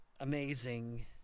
amazing